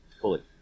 Fully